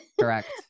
Correct